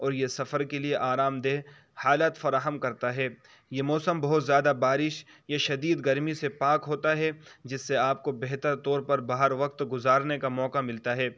اور یہ سفر کے لیے آرام دہ حالت فراہم کرتا ہے یہ موسم بہت زیادہ بارش یا شدید گرمی سے پاک ہوتا ہے جس سے آپ کو بہتر طور پر باہر وقت گزارنے کا موقع ملتا ہے